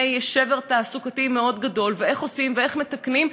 שבר תעסוקתי מאוד גדול ואיך עושים ואיך מתקנים,